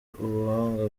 ubuhanga